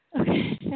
Okay